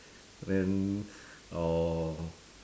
then or